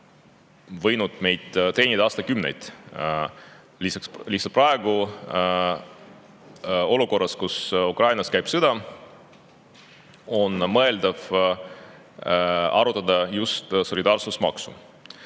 võiks meid teenida aastakümneid. Lihtsalt praegu olukorras, kus Ukrainas käib sõda, on mõeldav arutada just solidaarsusmaksu. Kõlavad